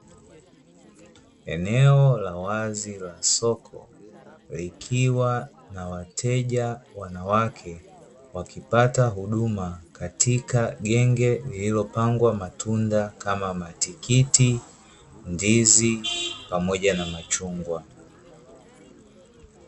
Eneo la wazi la soko likiwa na wateja wanawake, wakipata huduma katika genge, lililopangwa matunda kama matikiti, ndizi pamoja na machungwa.